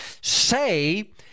say